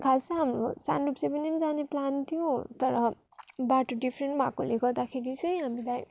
खास त हाम्रो साङ्डुप्चे पनि जाने प्लान थियो तर बाटो डिफ्रेन्ट भएकोले गर्दाखेरि चाहिँ हामीलाई